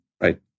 right